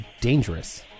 dangerous